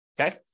okay